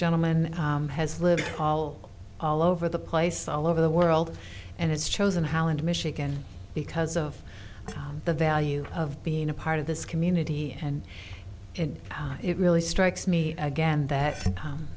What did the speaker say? gentleman has lived all all over the place all over the world and has chosen holland michigan because of the value of being a part of this community and it really strikes me again that